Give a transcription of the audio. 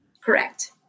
Correct